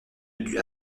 dut